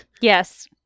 Yes